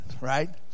right